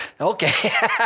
okay